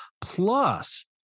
Plus